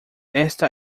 esta